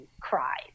cried